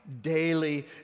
daily